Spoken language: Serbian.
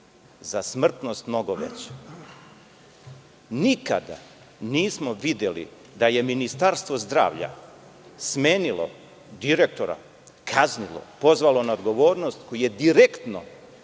za smrtnost mnogo veća. Nikada nismo videli da je Ministarstvo zdravlja smenilo direktora, kaznilo, pozvalo na odgovornost, koji je direktno